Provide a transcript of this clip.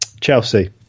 Chelsea